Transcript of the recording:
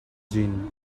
gene